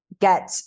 get